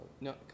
No